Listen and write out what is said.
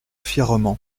fièrement